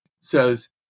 says